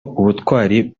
ubutwari